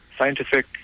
Scientific